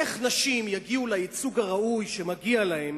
איך נשים יגיעו לייצוג הראוי שמגיע להן